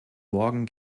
morgen